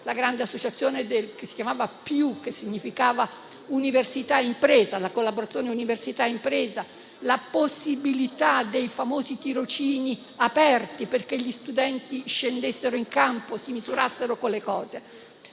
il grande progetto che si chiamava «Più», che significava università e impresa, la collaborazione tra università e impresa e la possibilità dei famosi tirocini aperti, perché gli studenti scendessero in campo e si misurassero con le cose.